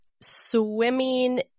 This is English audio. swimming